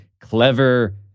clever